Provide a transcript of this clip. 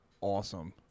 awesome